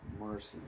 mercy